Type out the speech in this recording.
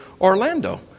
Orlando